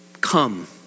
Come